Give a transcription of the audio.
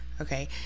okay